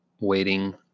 waiting